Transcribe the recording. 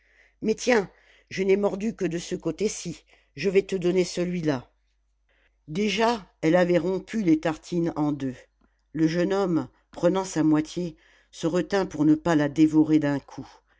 mais tiens je n'ai mordu que de ce côté-ci je vais te donner celui-là déjà elle avait rompu les tartines en deux le jeune homme prenant sa moitié se retint pour ne pas la dévorer d'un coup